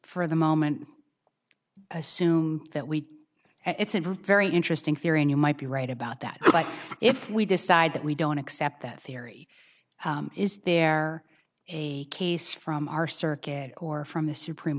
for the moment assume that we and it's in for a very interesting theory and you might be right about that but if we decide that we don't accept that theory is there a case from our circuit or from the supreme